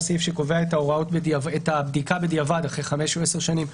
24 הוא הסעיף שקובע את הבדיקה בדיעבד אחרי חמש או עשר שנים.